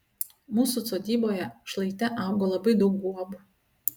mūsų sodyboje šlaite augo labai daug guobų